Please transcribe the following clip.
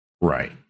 Right